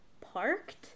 parked